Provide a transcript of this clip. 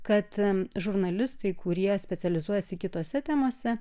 kad žurnalistai kurie specializuojasi kitose temose